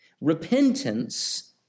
Repentance